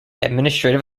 administrative